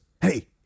hey